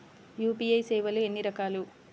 UPI సేవలు ఎన్నిరకాలు?